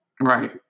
Right